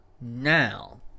now